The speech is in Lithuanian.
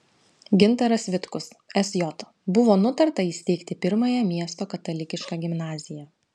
gintaras vitkus sj buvo nutarta įsteigti pirmąją miesto katalikišką gimnaziją